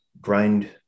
grind